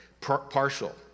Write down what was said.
partial